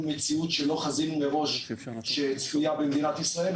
מציאות שלא חצינו מראש שצפויה במדינת ישראל,